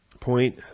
Point